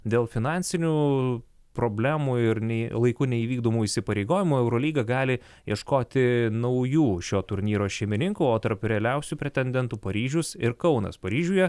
dėl finansinių problemų ir nei laiku neįvykdomų įsipareigojimų eurolyga gali ieškoti naujų šio turnyro šeimininkų o tarp realiausių pretendentų paryžius ir kaunas paryžiuje